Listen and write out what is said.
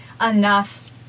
enough